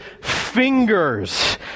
fingers